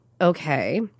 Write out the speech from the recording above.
Okay